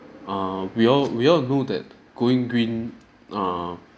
err we all we all know that going green err